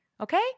okay